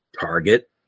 Target